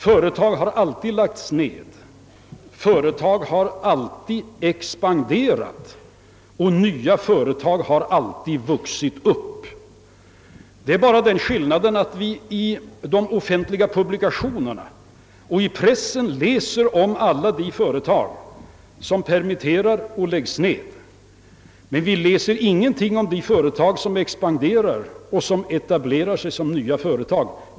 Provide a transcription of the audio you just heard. Företag har alltid lagts ned, företag har alltid expanderat och nya företag har alltid vuxit upp. Det är bara den skillnaden att vi i de offentliga publikationerna och i pressen läser om alla de företag som permitterar och läggs ner, men vi läser ingenting om de företag som expanderar och etablerar sig som nya företag.